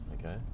okay